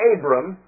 Abram